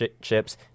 chips